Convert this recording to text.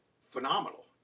phenomenal